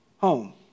Home